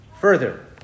Further